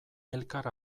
elkar